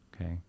Okay